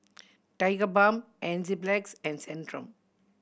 Tigerbalm Enzyplex and Centrum